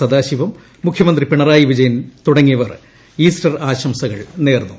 സദാശിവം മുഖ്യമന്ത്രി പിണറായി വിജ യൻ തുടങ്ങിയവർ ഈസ്റ്റർ ആശംസകൾ നേർന്നു